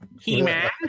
He-Man